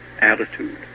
attitude